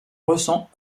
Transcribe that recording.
ressent